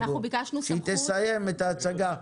כשהיא תסיים את ההצגה.